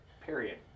Period